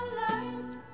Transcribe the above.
light